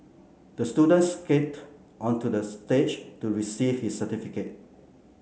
the student skated onto the stage to receive his certificate